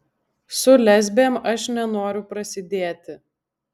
su lesbėm aš nenoriu prasidėti